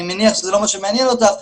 אני מניח שזה לא מה שמעניין אותך.